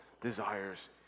desires